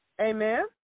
Amen